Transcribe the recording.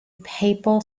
papal